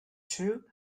two